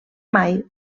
mai